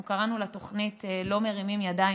אנחנו קראנו לתוכנית "לא מרימים ידיים,